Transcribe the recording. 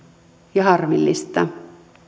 ja harmillista